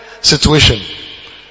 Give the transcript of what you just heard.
situation